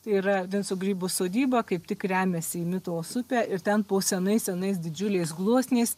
tai yra vinco grybo sodyba kaip tik remiasi į mituvos upę ir ten po senais senais didžiuliais gluosniais